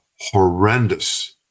horrendous